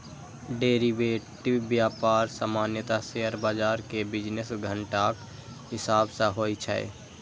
derivative व्यापार सामान्यतः share बाजार के बिजनेस घंटाक हिसाब सं होइ छै